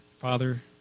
Father